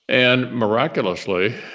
and miraculously,